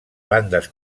bandes